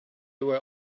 were